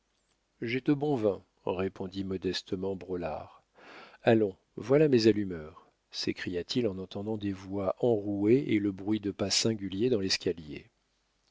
j'ai de bons vins répondit modestement braulard allons voilà mes allumeurs s'écria-t-il en entendant des voix enrouées et le bruit de pas singuliers dans l'escalier